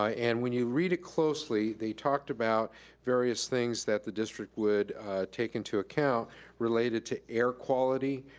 ah and when you read it closely, they talked about various things that the district would take into account related to air quality,